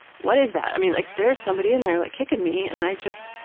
what is that? i mean like there is somebody in there like kicking me and i just,